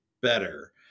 better